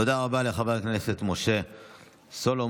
תודה רבה לחבר הכנסת משה סולומון.